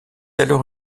alors